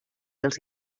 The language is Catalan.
els